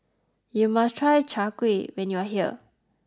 you must try Chai Kuih when you are here